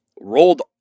rolled